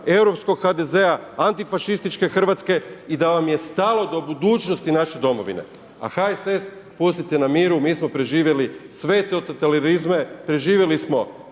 europskog HDZ-a, antifašističke Hrvatske i da vam je stalo do budućnosti naše domovine a HSS pustite na miru, mi smo preživjeli sve totalitarizme, preživjeli smo